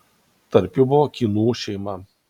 tarp jų buvo kynų šeima